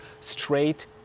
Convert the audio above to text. straight